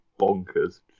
bonkers